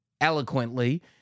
eloquently